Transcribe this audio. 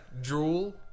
drool